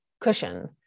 cushion